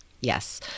Yes